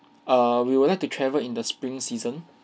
err we would like to travel in the spring season